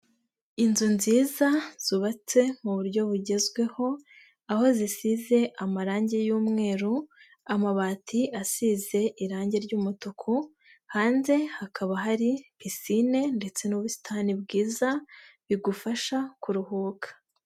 Inzu nziza zubatse mu buryo bugezweho aho zisize amarangi y'umweru, amabati asize irangi ry'umutuku, hanze hakaba hari pisine ndetse n'ubusitani bwiza, bigufasha kuruhuka.